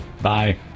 bye